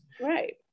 Right